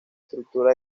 estructura